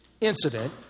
incident